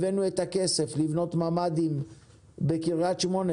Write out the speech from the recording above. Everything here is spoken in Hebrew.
הבאנו את הכסף לבניית ממ"דים בקריית שמונה.